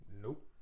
Nope